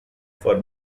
for